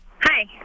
Hi